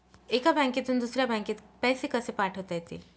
एका बँकेतून दुसऱ्या बँकेत पैसे कसे पाठवता येतील?